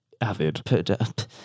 avid